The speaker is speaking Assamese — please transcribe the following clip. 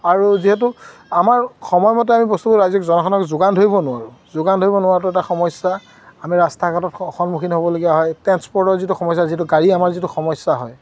আৰু যিহেতু আমাৰ সময়মতে আমি বস্তু ৰাইজক জনসাধাৰণক যোগান ধৰিব নোৱাৰোঁ যোগান ধৰিব নোৱাৰাতো এটা সমস্যা আমি ৰাস্তা ঘাটৰ সন্মুখীন হ'বলগীয়া হয় ট্ৰেন্সপৰ্টৰ যিটো সমস্যা যিহেতু গাড়ী আমাৰ যিটো সমস্যা হয়